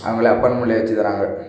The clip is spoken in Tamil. அவங்களே அப்பார்ட்மெண்ட்லேயே வச்சுத் தராங்க